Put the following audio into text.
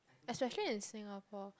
especially in Singapore